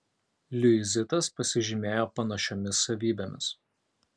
liuizitas pasižymėjo panašiomis savybėmis